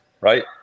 right